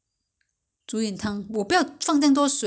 maybe lotus lotus root